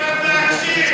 חבר הכנסת חזן.